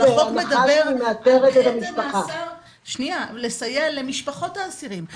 אבל החוק מדבר על לסייע למשפחות האסירים,